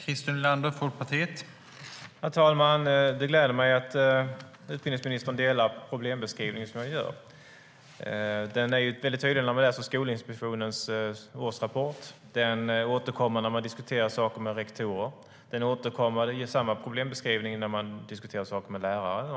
Herr talman! Det gläder mig att utbildningsministern delar min problembeskrivning. När man läser Skolinspektionens årsrapport blir problembeskrivningen väldigt tydlig. Den återkommer när man diskuterar med rektorer. Samma problembeskrivning återkommer när man diskuterar med lärare.